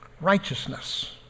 Righteousness